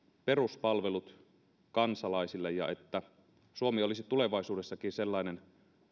peruspalvelut kansalaisille ja että suomi olisi tulevaisuudessakin sellainen